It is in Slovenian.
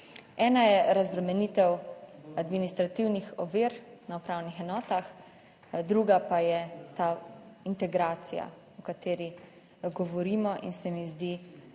Ena je razbremenitev administrativnih ovir na upravnih enotah, druga pa je ta integracija o kateri govorimo in se mi zdi,